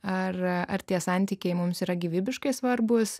ar ar tie santykiai mums yra gyvybiškai svarbūs